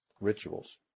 rituals